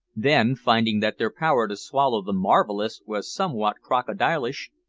then, finding that their power to swallow the marvellous was somewhat crocodilish,